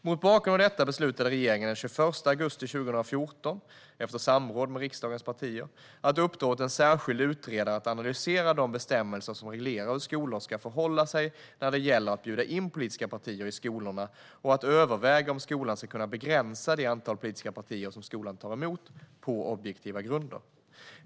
Mot bakgrund av detta beslutade regeringen den 21 augusti 2014, efter samråd med riksdagens partier, att uppdra åt en särskild utredare att analysera de bestämmelser som reglerar hur skolor ska förhålla sig när det gäller att bjuda in politiska partier i skolorna. Utredaren skulle också överväga om skolan ska kunna begränsa det antal politiska partier som skolan tar emot på objektiva grunder.